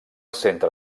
centre